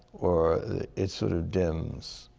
or it sort of dims.